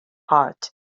hart